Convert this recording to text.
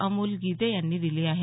अमोल गीते यांनी दिली आहे